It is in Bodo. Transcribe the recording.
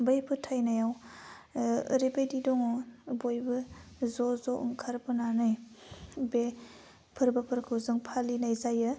बै फोथाइनायाव ओरैबायदि दङ बयबो ज' ज' ओंखारबोनानै बे फोरबोफोरखौ जों फालिनाय जायो